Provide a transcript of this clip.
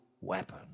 weapon